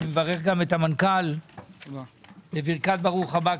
אני מברך גם את המנכ"ל בברכת ברוך הבא.